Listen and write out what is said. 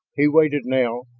he waited now,